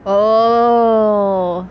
oh